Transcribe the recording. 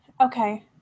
Okay